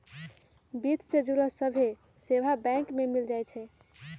वित्त से जुड़ल सभ्भे सेवा बैंक में मिल जाई छई